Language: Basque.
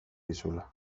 dizula